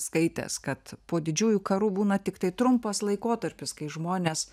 skaitęs kad po didžiųjų karų būna tiktai trumpas laikotarpis kai žmonės